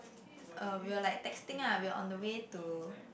uh we were like texting ah we were on the way to